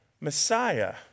Messiah